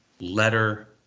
letter